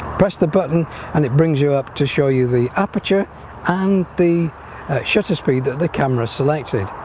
press the button and it brings you up to show you the aperture and the shutter speed that the camera selected